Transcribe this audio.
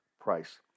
price